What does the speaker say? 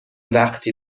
وقتی